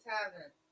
Tavern